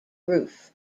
roof